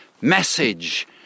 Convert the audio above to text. message